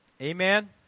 Amen